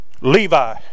Levi